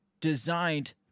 designed